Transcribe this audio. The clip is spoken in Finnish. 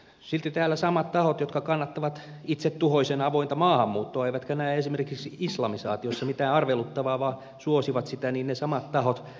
silti täällä samat tahot jotka kannattavat itsetuhoisen avointa maahanmuuttoa eivätkä näe esimerkiksi islamisaatiossa mitään arveluttavaa vaan suosivat sitä kannattavat homoliittoja